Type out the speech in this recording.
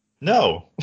No